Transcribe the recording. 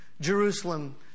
Jerusalem